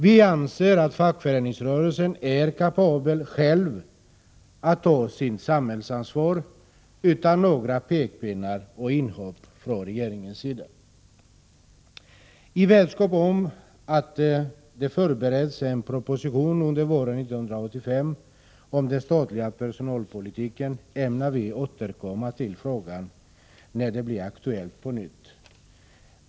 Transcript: Vi anser att fackföreningsrörelsen är kapabel att själv ta sitt samhällsansvar, utan några pekpinnar och inhopp från regeringens sida. Vi vet att det under våren 1985 förbereds en proposition om den statliga personalpolitiken. Vi ämnar därför återkomma till frågan när den på nytt blir aktuell.